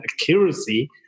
accuracy